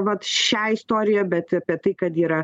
vat šią istoriją bet apie tai kad yra